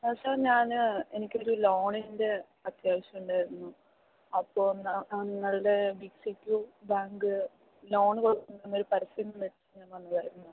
ആ സാർ ഞാൻ എനിക്കൊരു ലോണിൻ്റെ അത്യാവശ്യം ഉണ്ടായിരുന്നു അപ്പോൾ എന്താണ് നിങ്ങളുടെ ബേങ്ക് ലോൺ കൊടുക്കുന്നു എന്നൊരു പരസ്യം കണ്ടിട്ട് വന്നതായിരുന്നു